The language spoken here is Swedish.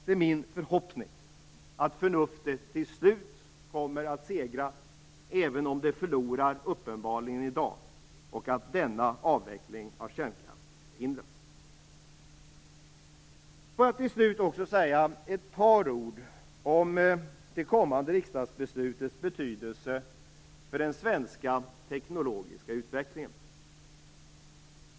Det är min förhoppning att förnuftet till slut kommer att segra, även om det uppenbarligen förlorar i dag, och att denna avveckling av kärnkraften förhindras. Jag vill till slut också säga ett par ord om det kommande riksdagsbeslutets betydelse för den svenska teknologiska utvecklingen.